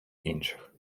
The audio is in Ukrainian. інших